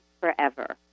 forever